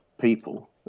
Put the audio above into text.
people